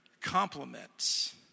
compliments